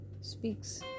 speaks